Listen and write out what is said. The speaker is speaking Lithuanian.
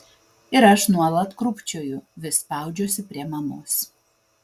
ir aš nuolat krūpčioju vis spaudžiuosi prie mamos